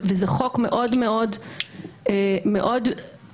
וזה חוק מאוד-מאוד רגיש.